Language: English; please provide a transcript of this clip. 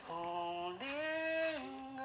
Holding